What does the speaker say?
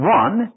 one